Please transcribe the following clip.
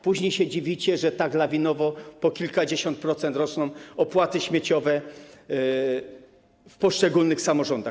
Później się dziwicie, że tak lawinowo, po kilkadziesiąt procent, rosną opłaty śmieciowe w poszczególnych samorządach.